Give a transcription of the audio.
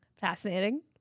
Fascinating